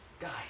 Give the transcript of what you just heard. Guys